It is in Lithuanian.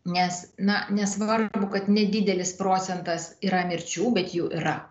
nes na nesvarbu kad nedidelis procentas yra mirčių bet jų yra